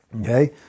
Okay